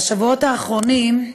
בשבועות האחרונים,